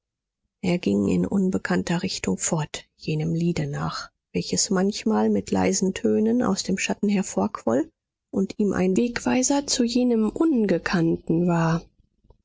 er ging in unbekannter richtung fort jenem liede nach welches manchmal mit leisen tönen aus dem schatten hervorquoll und ihm ein wegweiser zu jenem ungekannten war